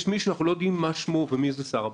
מישהו שאנחנו לא יודעים מה שמו ומי זה שר הביטחון.